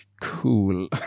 Cool